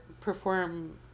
perform